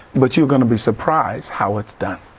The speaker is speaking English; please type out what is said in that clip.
but you are going to be surprised how it's done.